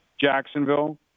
Jacksonville